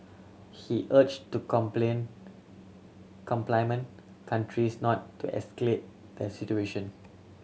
he urge to complain countries not to escalate the situation